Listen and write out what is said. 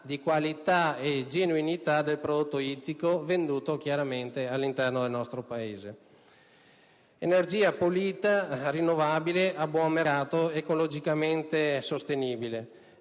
di qualità e di genuinità del prodotto ittico venduto all'interno del nostro Paese. Energia pulita, rinnovabile, a buon mercato, ecologicamente sostenibile: